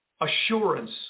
assurance